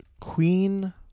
Queen